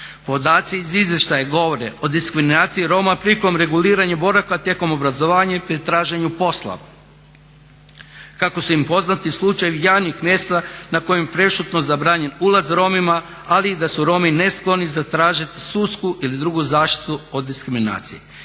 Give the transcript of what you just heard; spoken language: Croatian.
Podaci iz izvještaja govore o diskriminaciji Roma prilikom reguliranja boravka tijekom obrazovanja i pri traženju posla. Kako su im poznati slučajevi javnih mjesta na kojima je prešutno zabranjen ulaz Romima, ali i da su Romi neskloni zatražiti sudsku ili drugu zaštitu o diskriminaciji.